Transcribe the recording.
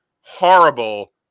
horrible